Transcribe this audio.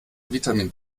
vitamin